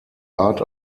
art